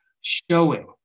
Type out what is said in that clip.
showing